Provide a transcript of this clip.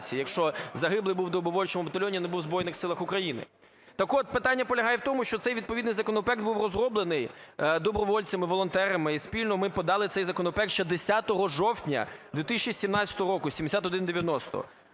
якщо загиблий був у добровольчому батальйоні і не був в Збройних Силах України. Так от питання полягає в тому, що цей відповідний законопроект був розроблений добровольцями, волонтерами, і спільно ми подали цей законопроект ще 10 жовтня 2017 року, 7190,